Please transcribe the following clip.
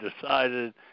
decided